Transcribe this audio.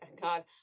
God